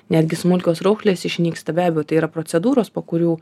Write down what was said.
netgi smulkios raukšlės išnyksta be abejo tai yra procedūros po kurių